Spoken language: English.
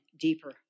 deeper